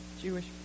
Jewish